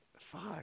Fuck